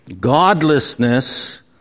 godlessness